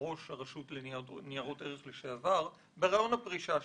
ראש הרשות לניירות ערך לשעבר, בראיון הפרישה שלו: